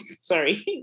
Sorry